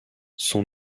son